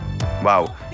wow